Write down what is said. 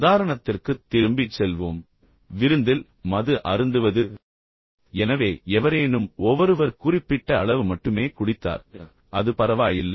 உதாரணத்திற்குத் திரும்பிச் செல்வோம் விருந்தில் மது அருந்துவது எனவே எவரேனும் ஓவருவர் குறிப்பிட்ட அளவு மட்டுமே குடித்தார் அது பரவாயில்லை